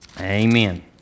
Amen